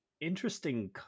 interesting